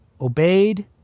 obeyed